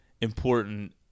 important